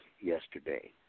yesterday